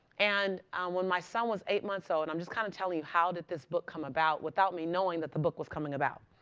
and when my son was eight months old so and i'm just kind of telling you how did this book come about without me knowing that the book was coming about.